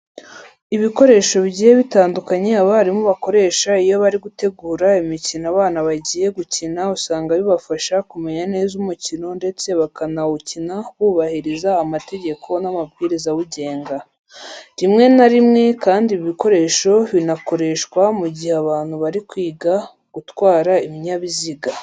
Ibikoresho bigiye bitandukanye abarimu bakoresha iyo bari gutegura imikino abana bagiye gukina usanga bibafasha kumenya neza umukino ndetse bakanawukina bubahirije amategeko n'amabwiriza awugenga. Rimwe na rimwe kandi ibi bikoresho binakoreshwa mu igihe abantu bari kwiga gutwara ibinyabiziga.